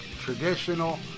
traditional